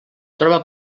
troba